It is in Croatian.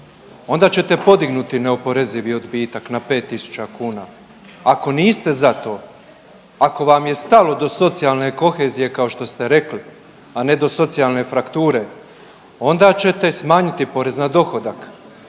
onda ćete podignuti neoporezivi odbitak na 5.000 kuna. Ako niste za to ako vam je stalo do socijalne kohezije kao što ste rekli, a ne do socijalne frakture onda ćete smanjiti porez na dohodak,